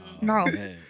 No